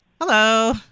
Hello